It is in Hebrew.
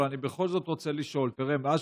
אבל אני בכל זאת רוצה לשאול: מאז